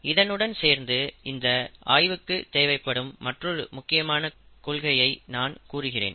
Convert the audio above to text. இதனுடன் சேர்ந்து இந்த ஆய்வுக்குத் தேவைப்படும் மற்றொரு முக்கியமான கொள்கையை நான் கூறுகிறேன்